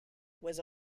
was